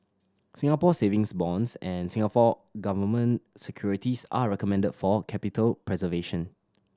Singapore Savings Bonds and Singapore Government Securities are recommended for capital preservation